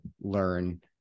learn